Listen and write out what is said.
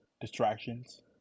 distractions